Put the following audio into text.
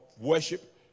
worship